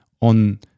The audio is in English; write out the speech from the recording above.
on